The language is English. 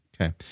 Okay